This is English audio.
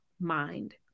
mind